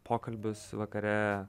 pokalbius vakare